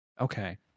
Okay